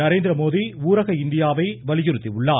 நரேந்திரமோடி ஊரக இந்தியாவை வலியுறுத்தியுள்ளார்